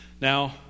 now